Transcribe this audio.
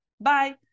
Bye